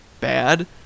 bad